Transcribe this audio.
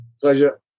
Pleasure